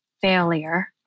failure